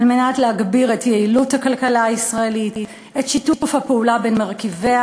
כדי להגביר את יעילות הכלכלה הישראלית ואת שיתוף הפעולה בין מרכיביה